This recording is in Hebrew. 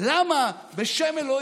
למה, בשם ה',